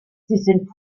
sind